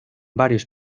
varios